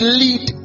lead